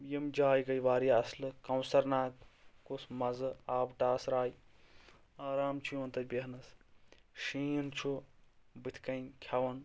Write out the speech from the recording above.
یِم جایہِ گٔیے واریاہ اَصل کَونٛسَر ناگ کُس مَزٕ آبہٕ ٹاس راے آرام چھُ یِوان تَتہِ بیٚہنَس شیٖن چھُ بٕتھِ کَنۍ کھٮ۪وان